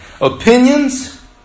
Opinions